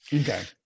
Okay